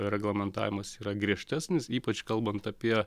reglamentavimas yra griežtesnis ypač kalbant apie